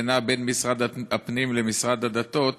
זה נע בין משרד הפנים למשרד הדתות,